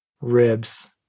ribs